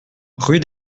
rue